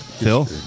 Phil